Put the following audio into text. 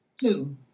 two